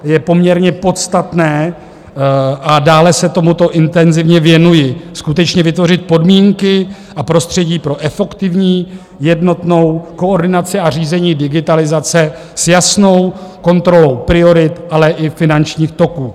Je poměrně podstatné a dále se tomuto intenzivně věnuji skutečně vytvořit podmínky a prostředí pro efektivní jednotnou koordinaci a řízení digitalizace s jasnou kontrolou priorit, ale i finančních toků.